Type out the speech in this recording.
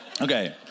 okay